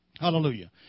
Hallelujah